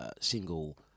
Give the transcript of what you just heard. single